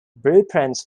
blueprints